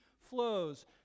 flows